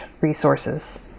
resources